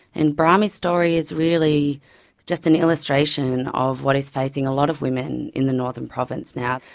and brami's story is really just an illustration of what is facing a lot of women in the northern province now.